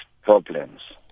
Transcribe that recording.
problems